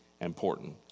important